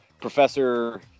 professor